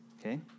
okay